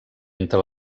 entre